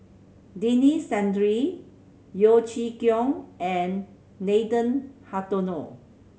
Denis Santry Yeo Chee Kiong and Nathan Hartono